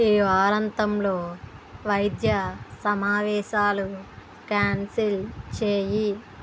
ఈ వారాంతంలో వైద్య సమావేశాలు క్యాన్సిల్ చెయ్యి